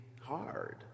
hard